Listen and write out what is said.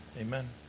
Amen